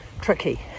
tricky